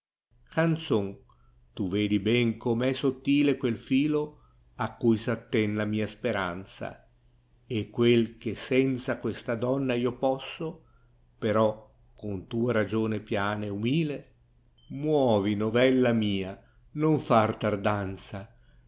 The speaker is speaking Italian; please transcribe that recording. canzon tu vedi ben com è sottile quel filo a cui s atten la mia speranza quel che senza questa donna io posso però con tua ragione piane utile movi novella mia non far tardanza